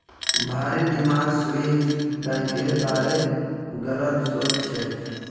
भारिर दिमागत स्विस बैंकेर बारे गलत सोच छेक